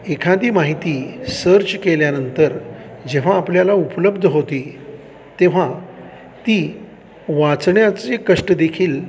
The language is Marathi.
एखादी माहिती सर्च केल्यानंतर जेव्हा आपल्याला उपलब्ध होती तेव्हा ती वाचण्याचे कष्ट देखील